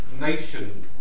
nation